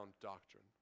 doctrine